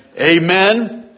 Amen